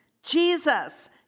Jesus